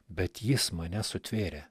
bet jis mane sutvėrė